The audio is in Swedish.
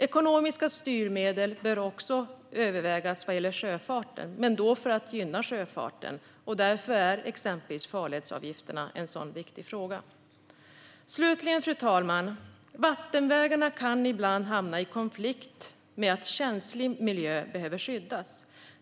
Ekonomiska styrmedel bör också övervägas när det gäller sjöfarten, men då för att gynna denna. Därför är exempelvis farledsavgifterna en viktig fråga. Slutligen, fru talman, kan vattenvägarna ibland hamna i konflikt med att känslig miljö behöver skyddas.